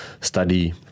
study